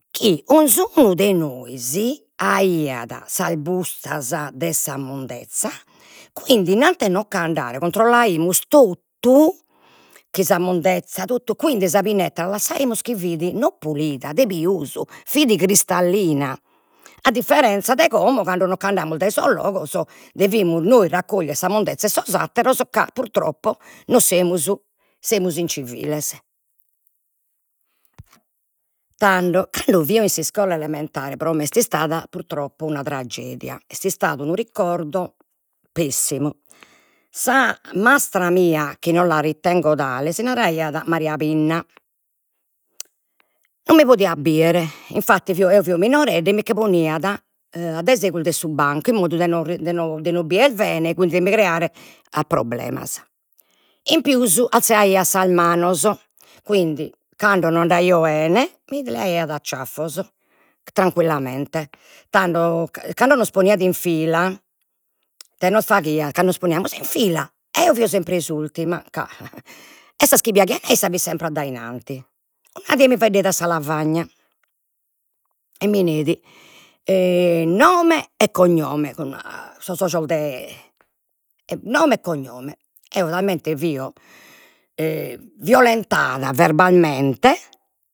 Chi 'onzunu de nois aiat sas bustas de sa mondezza, quindi innanti 'e nocche andare controllaimus totu chi sa mondezza totu, quindi sa pineta la lassaimus chi fit non pulida, de pius, fit cristallina, a differenzia de como cando nocch'andamus dai sos logos, devimus nois raccogliere sa mondezza 'e sos atteros ca purtroppo non semus semus inziviles. Tando, cando fio in s'iscola elementare, pro me est'istada purtroppo una tragedia, est'istadu unu ricordo pessimu, sa mastra mia, chi non la ritenzo tale si naraiat Maria Pinna non mi podiat biere, infatti fio eo fio minoredda e micche poniat addaisegus de su bancu in modu de no de no de no bier bene, qui de mi creare a problemas, in pius alzaiat sas manos, quindi cando no andaio 'ene mi leaiat a ciaffos, tranquillamente, tando cando nos poniat in fila ite nos faghiat, cando nos poniamus in fila eo fio sempre s'ultima, ca e sas chi piaghian a issa fin sempre addainanti, una die mi faeddeit a sa lavagna, e mi neit nome e cognome cun a sos ojos de nome e cognome, eo talmente fio violentada verbalmente